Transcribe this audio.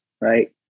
right